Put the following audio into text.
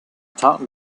thought